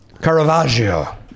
caravaggio